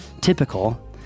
typical